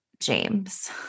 James